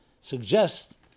suggest